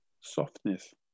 softness